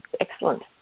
excellent